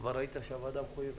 כבר ראית שהוועדה מחויבת.